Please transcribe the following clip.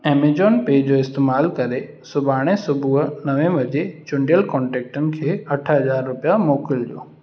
Amazon पे जो इस्तेमालु करे सुभाणे सुबूहु नवे बजे चूंडियलु कॉन्टेक्टनि खे अठ हज़ार रुपया मोकिलिजो